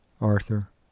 Arthur